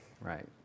right